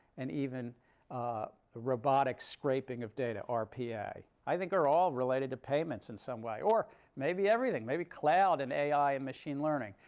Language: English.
and even robotic scraping of data rpa. i think they're all related to payments in some way. or maybe everything. maybe cloud and ai and machine learning.